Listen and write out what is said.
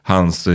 Hans